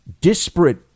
disparate